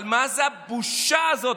מה זו הבושה הזאת?